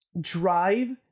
drive